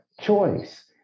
choice